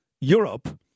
Europe